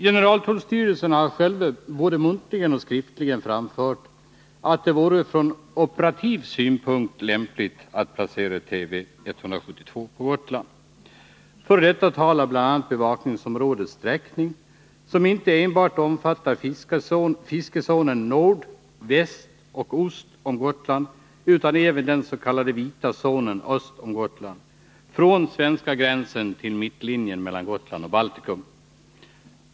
Generaltullstyrelsen har själv både muntligen och skriftligen framfört att det vore från operativ synpunkt lämpligt att placera Tv 172 på Gotland. För detta talar bl.a. bevakningsområdets sträckning, som inte enbart omfattar fiskezonen nord, väst och ost om Gotland, utan även den s.k. vita zonen ost om Gotland från svenska gränsen till mittlinjen mellan Gotland och Balticum.